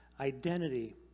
Identity